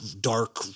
dark